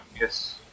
yes